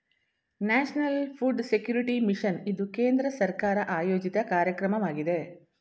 national food security mission ಇದು ಕೇಂದ್ರ ಸರ್ಕಾರ ಆಯೋಜಿತ ಕಾರ್ಯಕ್ರಮವಾಗಿದೆ